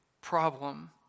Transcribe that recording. problem